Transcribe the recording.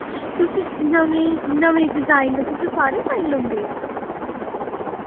तुस नमें नमें डिजाइन दे तुस सारे पाए दे होंदे